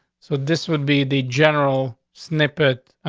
so this would be the general snippet.